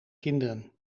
kinderen